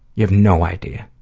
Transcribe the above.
you have no idea.